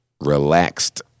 relaxed